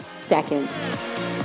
seconds